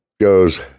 goes